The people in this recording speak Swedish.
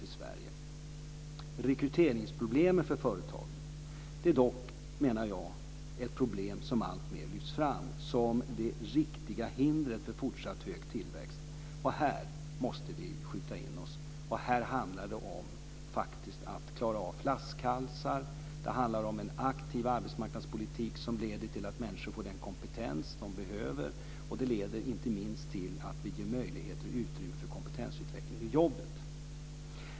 Jag menar dock att rekryteringsproblemet för företagen är ett problem som alltmer lyfts fram som det riktiga hindret mot fortsatt hög tillväxt. Här måste vi skjuta in oss. Det handlar om att klara av flaskhalsar, om en aktiv arbetsmarknadspolitik som leder till att människor får den kompetens som de behöver. Det leder inte minst till att vi ger möjligheter och utrymme för kompetensutveckling i jobbet.